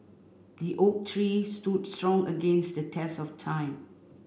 the oak tree stood strong against the test of time